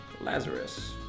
Lazarus